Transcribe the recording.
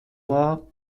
war